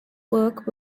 work